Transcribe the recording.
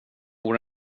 vore